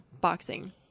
boxing